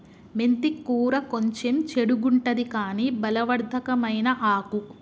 మెంతి కూర కొంచెం చెడుగుంటది కని బలవర్ధకమైన ఆకు